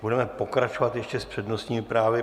Budeme pokračovat ještě s přednostními právy.